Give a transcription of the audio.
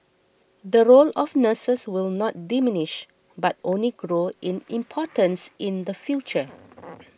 the role of nurses will not diminish but only grow in importance in the future